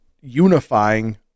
unifying